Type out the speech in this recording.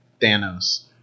thanos